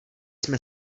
jsme